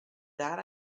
that